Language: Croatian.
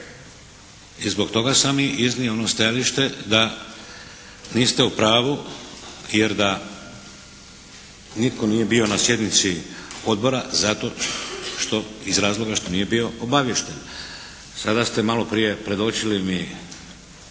I zbog toga sam i iznio ono stajalište da niste u pravu jer da nitko nije bio na sjednici Odbora zato što, iz razloga što nije bio obaviješten. Sada ste malo prije predočili mi